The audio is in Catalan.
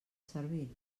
servir